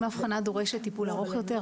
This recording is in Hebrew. אם האבחנה דורשת טיפול ארוך יותר,